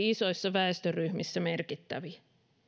isoissa väestöryhmissä merkittäviä